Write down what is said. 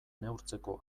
neurtzeko